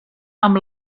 amb